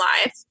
life